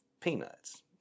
Peanuts